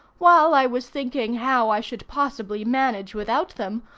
while i was thinking how i should possibly manage without them,